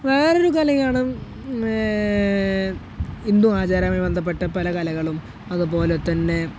വേറൊരു കലയാണ് ഹിന്ദു ആചാരവുമായി ബന്ധപ്പെട്ട പല കലകളും അതുപോലെത്തന്നെ